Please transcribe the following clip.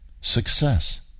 Success